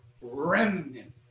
remnant